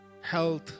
Health